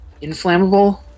Inflammable